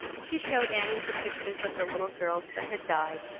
she showed annie the pictures of the little girls that had died,